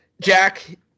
Jack